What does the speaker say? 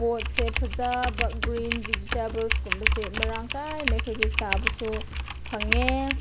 ꯄꯣꯠꯁꯦ ꯐꯖꯕ ꯒ꯭ꯔꯤꯟ ꯚꯤꯖꯤꯇꯦꯕꯜꯁꯀꯨꯝꯕꯁꯦ ꯃꯔꯥꯡꯀꯥꯏꯅ ꯑꯩꯈꯣꯏꯗꯤ ꯆꯥꯕꯁꯨ ꯐꯪꯉꯦ